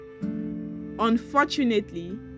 Unfortunately